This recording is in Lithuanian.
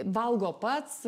valgo pats